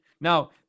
Now